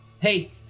Hey